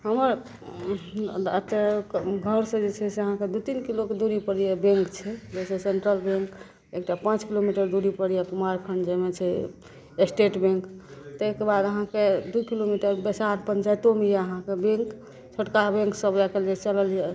हमर अतऽ घरसँ जे छै से आहाँके दू तीन किलोके दूरीपर जे बैंक छै जैसे सेंट्रल बैंक एकटा पाँच किलोमीटर दूरीपर यऽ कुमार खण्ड जाहिमे छै स्टेट बैंक ताहिके बाद आहाँके दू किलोमीटर बैसाठ पञ्चायतोमे यऽ आहाँके बैंक छोटका बैंक सब आइ काल्हि जे चलल यऽ